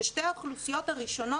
ששתי האוכלוסיות הראשונות,